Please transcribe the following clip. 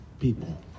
people